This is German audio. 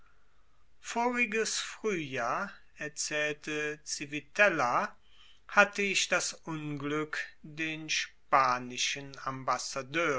voriges frühjahr erzählte civitella hatte ich das unglück den spanischen